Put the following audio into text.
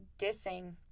dissing